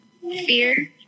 fear